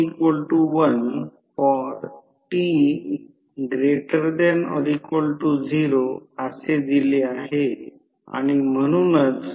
तर हा अँगल ∅0 आहे आणि हा ∅ सोबतचा घटक हा Im I0 sin ∅ आहे हा घटक नो लोड फ्लक्स तयार करण्यासाठी जबाबदार आहे कारण हे ∅0 आहे